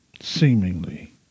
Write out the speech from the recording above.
Seemingly